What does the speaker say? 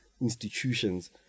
institutions